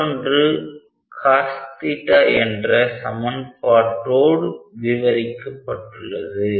மற்றொன்று cos என்ற சமன்பாட்டோடு விவரிக்கப்பட்டுள்ளது